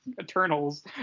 Eternals